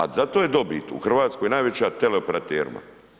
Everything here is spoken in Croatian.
A zato je dobit u Hrvatskoj najveća teleoperaterima.